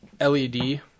LED